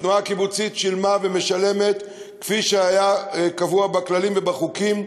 התנועה הקיבוצית שילמה ומשלמת כפי שהיה קבוע בכללים ובחוקים,